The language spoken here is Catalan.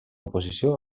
oposició